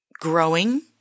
growing